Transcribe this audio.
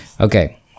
Okay